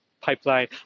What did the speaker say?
pipeline